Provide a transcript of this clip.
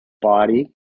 body